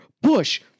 bush